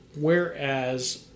Whereas